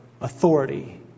Authority